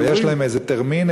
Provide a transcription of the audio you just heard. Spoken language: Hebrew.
אבל יש להם איזה termin,